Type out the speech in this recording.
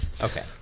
Okay